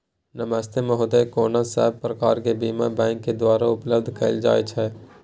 नमस्ते महोदय, कोन सब प्रकार के बीमा बैंक के द्वारा उपलब्ध कैल जाए छै?